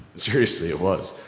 seriously, it was!